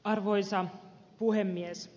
arvoisa puhemies